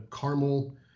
caramel